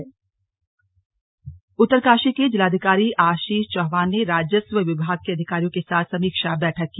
slug समीक्षा बैठक उत्तरकाशी के जिलाधिकारी आशीष चौहान ने राजस्व विभाग के अधिकारियों के साथ समीक्षा बैठक की